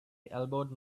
elbowed